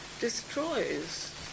destroys